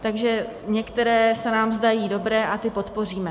Takže některé se nám zdají dobré a ty podpoříme.